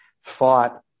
fought